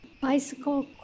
bicycle